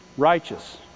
Righteous